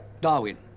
Darwin